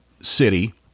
city